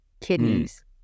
kidneys